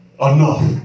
enough